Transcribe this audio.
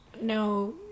No